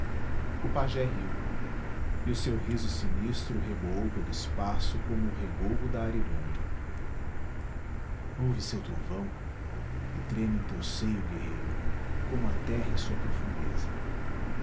o pajé riu e o seu riso sinistro reboou pelo espaço como o regougo da ariranha ouve seu trovão e treme em teu seio guerreiro como a terra em sua profundeza